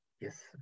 Yes